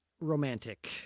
romantic